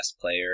player